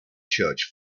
church